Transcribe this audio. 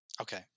Okay